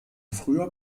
früher